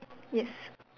yes